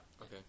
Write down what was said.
Okay